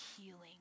healing